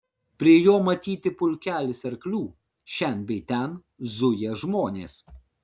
prie jo matyti pulkelis arklių šen bei ten zuja žmonės